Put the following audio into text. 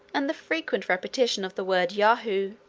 and the frequent repetition of the word yahoo.